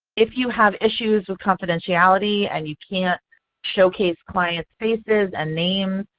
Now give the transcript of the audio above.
if you have issues with confidentiality and you can't showcase client's faces and name,